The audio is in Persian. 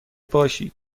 باشید